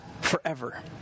forever